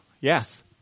Yes